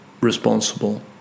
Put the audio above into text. responsible